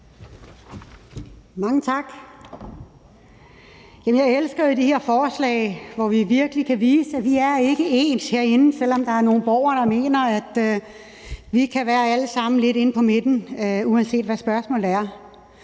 Mange tak. Jamen jeg elsker jo de her forslag, hvor vi virkelig kan vise, at vi herinde ikke er ens, selv om der er nogle borgere, der mener, at vi alle sammen kan være lidt inde på midten, uanset hvad spørgsmålet er,